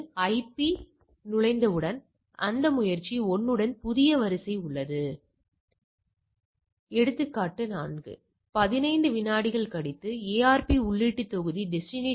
நாம் நிகழ்தகவைத் தருகிறோம் எடுத்துக்காட்டாக நான் நிகழ்தகவு மற்றும் 1 கட்டின்மை கூறுகளைத் தருகிறேன்